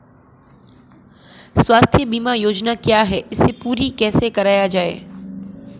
स्वास्थ्य बीमा योजना क्या है इसे पूरी कैसे कराया जाए?